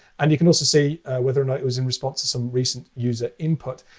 and you can also see whether or not it was in response to some recent user input.